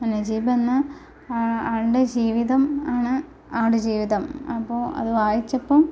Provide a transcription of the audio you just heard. നജീബ് എന്ന ആളുടെ ജീവിതം ആണ് ആട്ജീവിതം അപ്പോൾ അത് വായിച്ചപ്പം